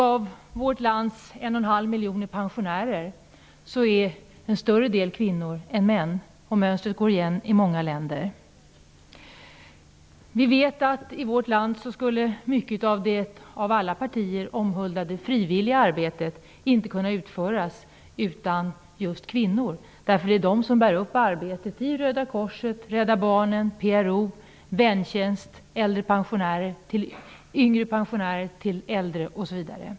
Av vårt lands 1,5 miljoner pensionärer är en större andel kvinnor än män. Mönstret går igen i många länder. Vi vet att mycket av det av alla partier omhuldade frivilliga arbetet i vårt land inte skulle kunna utföras utan just kvinnor. Det är de som bär upp arbetet i Röda korset, Rädda barnen, PRO, Väntjänst, och yngre pensionärer hjälper äldre osv.